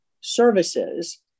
services